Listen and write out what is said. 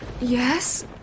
Yes